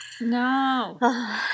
No